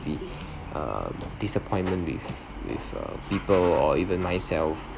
be um disappointment with with uh people or even myself